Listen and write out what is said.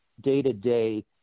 day-to-day